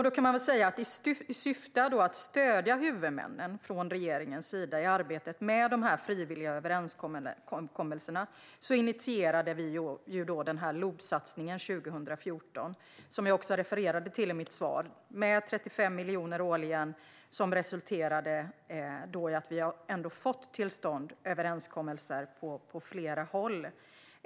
Då kan man väl säga att vi, i syfte att från regeringens sida stödja huvudmännen i arbetet med de frivilliga överenskommelserna, initierade LOB-satsningen 2014 - jag refererade till den i mitt svar - om 35 miljoner årligen. Det resulterade i att vi ändå har fått överenskommelser till stånd på flera håll.